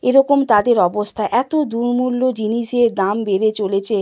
এরকম তাদের অবস্থা এত দুর্মূল্য জিনিসের দাম বেড়ে চলেছে